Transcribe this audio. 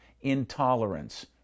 intolerance